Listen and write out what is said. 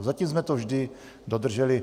Zatím jsme to vždy dodrželi.